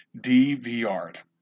dvr